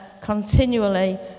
continually